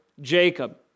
Jacob